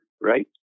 right